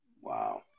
Wow